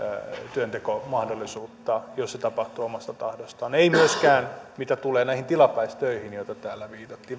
työntekomahdollisuutta jos se tapahtuu omasta tahdosta ei myöskään mitä tulee näihin tilapäistöihin joihin täällä viitattiin